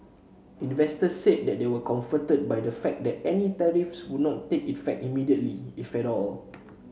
investors said they were comforted by the fact that any tariffs would not take effect immediately if at all